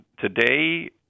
today